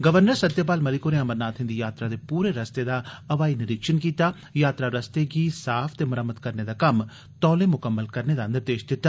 governor Satyapal Malik होरें अमरनाथें दी यात्रा दे पूरे रस्ते दा हवाई निरीक्षण कीता ते यात्रा रस्ते गी साफ ते मरम्मत करने दा कम्म तौले म्कम्मल करी लैने दा निर्देश दिता